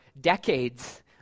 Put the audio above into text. decades